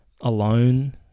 alone